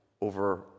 over